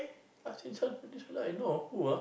i say this who's this cause I know who ah